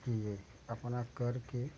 ये अपना करके